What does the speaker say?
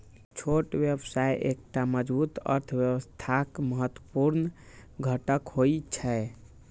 छोट व्यवसाय एकटा मजबूत अर्थव्यवस्थाक महत्वपूर्ण घटक होइ छै